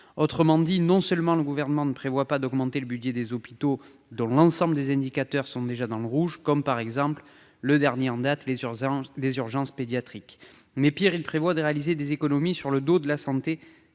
autrement dit : non seulement le gouvernement ne prévoit pas d'augmenter le budget des hôpitaux dans l'ensemble des indicateurs sont déjà dans le rouge, comme par exemple le dernier en date, les urgences des urgences pédiatriques mais Pierre, il prévoit de réaliser des économies sur le dos de la santé